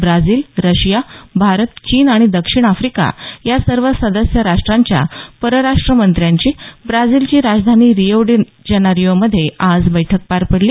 Brazil Russia Bharat चीन आणि दक्षिण अफ्रिका या सर्व सदस्य राष्ट्रांच्या परराष्ट्र मंत्र्यांची ब्राझीलची राजधानी रिओ डी जानेरिओमध्ये आज बैठक पार पडली